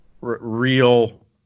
real